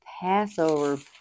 Passover